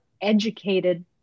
educated